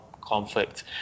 conflict